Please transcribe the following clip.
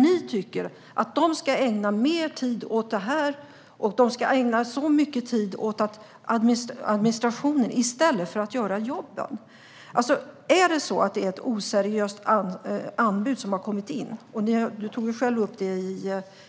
Ni tycker att de ska ägna mer tid åt detta och att de ska ägna mycket tid åt administration i stället för att göra jobbet. Om det kommer in ett oseriöst anbud, vilket du själv tog upp i